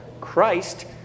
Christ